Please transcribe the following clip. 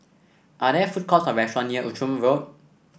are there food courts or restaurant near Outram Road